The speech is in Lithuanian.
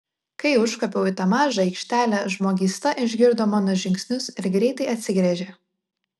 kai užkopiau į tą mažą aikštelę žmogysta išgirdo mano žingsnius ir greitai atsigręžė